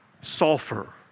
sulfur